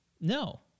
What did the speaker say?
no